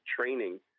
training